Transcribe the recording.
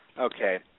Okay